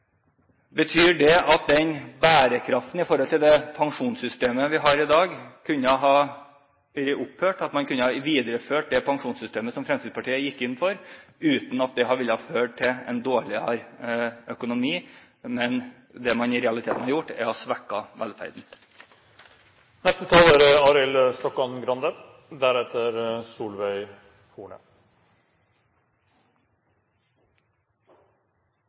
Betyr det at bærekraften i det pensjonssystemet vi har i dag, kunne ha blitt oppfulgt, at man kunne ha videreført det pensjonssystemet som Fremskrittspartiet gikk inn for, uten at det ville ha ført til en dårligere økonomi? Men det man i realiteten har gjort, er å svekke